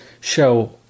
show